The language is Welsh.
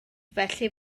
felly